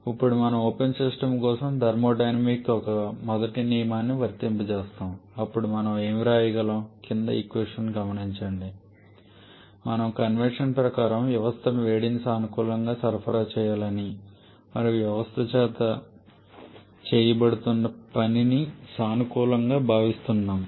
ఇప్పుడు మనం open system కోసం థర్మోడైనమిక్స్ యొక్క మొదటి నియమాన్ని వర్తింపజేస్తాము అప్పుడు మనం ఏమి వ్రాయగలం మన కన్వెన్షన్ ప్రకారం వ్యవస్థకు వేడిని సానుకూలంగా సరఫరా చేయాలని మరియు వ్యవస్థ చేత చేయబడుతున్న పనిని సానుకూలంగా భావిస్తున్నాము